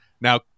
now